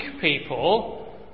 people